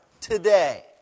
today